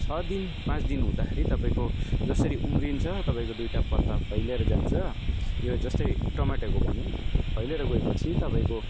छ दिन पाँच दिन हुँदाखेरि तपाईँको जसरी उम्रिन्छ तपाईँको दुइवटा पत्ता फैलेर जान्छ यो जस्तै टोमेटोको भनौँ फैलेर गए पछि तपाईँको